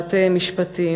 פרשת שופטים.